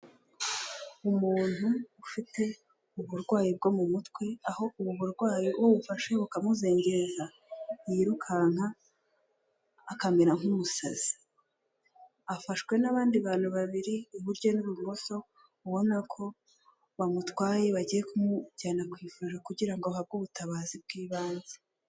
Umuntu ufite uburwayi bwo mu mutwe aho ubu burwayi uwo bufasha bukamuzengeza yirukanka akamera nk'umusazi. Afashwe n'abandi bantu babiri iburyo n'ibumoso ubona ko bamutwaye bagiye kumujyana ku ivuriro kugira ahabwe ubutabazi bw'ibanze.